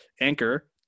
Anchor